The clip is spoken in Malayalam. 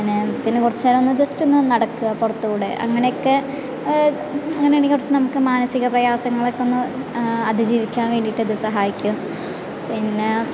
അങ്ങനെ പിന്നെ കുറച്ച് നേരം ഒന്ന് ജസ്റ്റ് ഒന്ന് നടക്കുക പുറത്തൂടെ അങ്ങനെക്കെ അങ്ങനാണെങ്കിൽ കുറച്ച് നമുക്ക് മനസിക പ്രയാസങ്ങളൊക്കെ ഒന്ന് അതിജീവിക്കാൻ വേണ്ടീട്ട് ഇത് സഹായിക്കും പിന്നെ